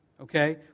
Okay